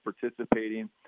participating